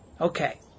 Okay